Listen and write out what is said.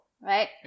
right